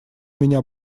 меня